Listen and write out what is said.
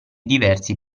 diversi